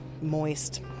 moist